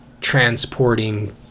transporting